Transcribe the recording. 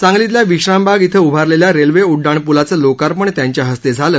सांगलीतल्या विश्रामबाग धिं उभारलेल्या रेल्वे उड्डाणपूलाचं लोकार्पण त्यांच्या हस्ते झालं